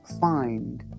find